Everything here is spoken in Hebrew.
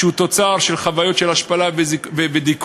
שהוא תוצר של חוויות של השפלה ודיכוי.